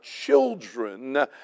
children